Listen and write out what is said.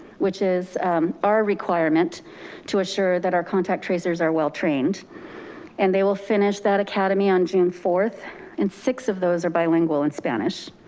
which is our requirement to assure that our contact tracers are well trained and they will finish that academy on june fourth and six of those are bilingual in spanish.